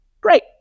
Great